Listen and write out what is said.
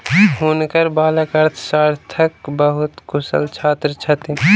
हुनकर बालक अर्थशास्त्रक बहुत कुशल छात्र छथि